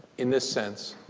in this sense.